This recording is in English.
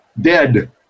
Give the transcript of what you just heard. dead